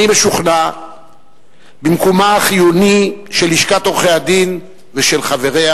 אני משוכנע במקום החיוני של לשכת עורכי-הדין ושל חבריה